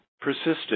persisted